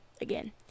again